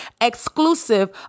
exclusive